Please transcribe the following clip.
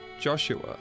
Joshua